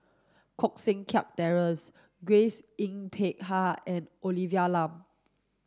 Koh Seng Kiat Terence Grace Yin Peck Ha and Olivia Lum